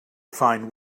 find